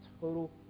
total